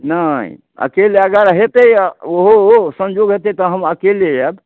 नहि अकेले अगर होयतैक ओहो सञ्जोग होयतैक तऽ हम अकेले आएब